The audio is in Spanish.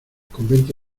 convento